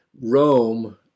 Rome